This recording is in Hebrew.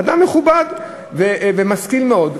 אדם מכובד ומשכיל מאוד,